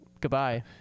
Goodbye